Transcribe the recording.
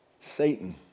Satan